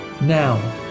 Now